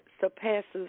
surpasses